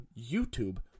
YouTube